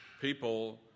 people